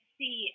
see